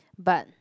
but